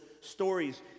stories